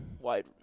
wide